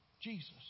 Jesus